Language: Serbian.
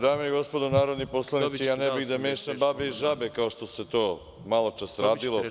Dame i gospodo narodni poslanici, ja ne bih da mešam babe i žabe kao što se to maločas radilo.